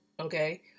Okay